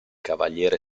cavaliere